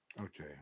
Okay